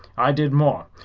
i did more.